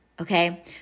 okay